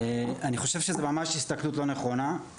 אני חושב שזו הסתכלות לא נכונה,